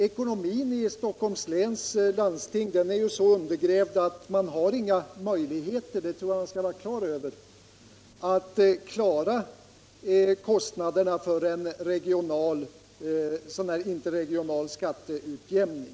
Ekonomin i Stockholms läns landsting är ju så undergrävd att det finns inga möjligheter — det tror jag man skall vara klar över — att bestrida kostnaderna för en interregional skatteutjämning.